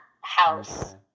house